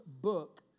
book